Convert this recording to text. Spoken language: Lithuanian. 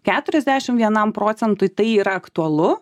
keturiasdešimt vienam procentui tai yra aktualu